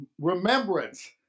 remembrance